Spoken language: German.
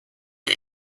der